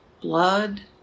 blood